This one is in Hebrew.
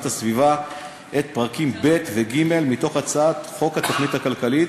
הסביבה את פרקים ב' וג' של הצעת חוק התוכנית הכלכלית,